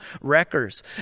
wreckers